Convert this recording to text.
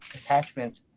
attachments,